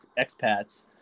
expats